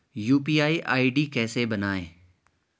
UPI ID कैसे बनायें?